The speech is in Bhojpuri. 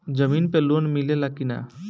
जमीन पे लोन मिले ला की ना?